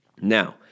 Now